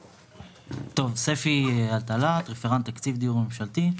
ספי אלטלט, רפרנט תקציב דיור ממשלתי.